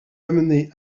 amener